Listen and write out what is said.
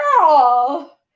girl